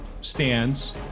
stands